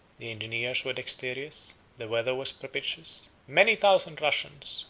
the engineers were dexterous the weather was propitious many thousand russians,